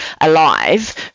alive